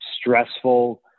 stressful